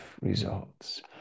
results